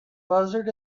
buzzard